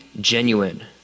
genuine